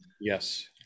Yes